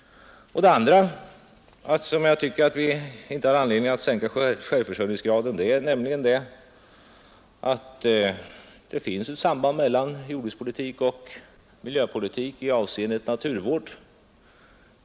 Den andra anledningen till att vi inte bör sänka självförsörjningsgraden är att det finns ett samband mellan jordbrukspolitik och miljöpolitik i avseendet naturvård.